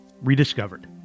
rediscovered